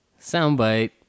Soundbite